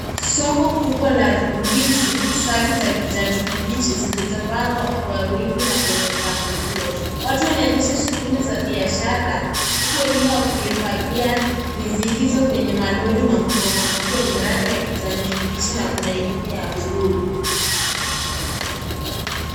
Soko kubwa la ndizi Safi za kijani kibichi zilizopangwa kwa wingi na kwenye mpangilio . Watu wanaendelea shughuli za biashara huku wengine wakifagia ndizi hizi kwenye malori makubwa makubwa yenye rangi ya kijani kibichi na kuna ingine ya bluu .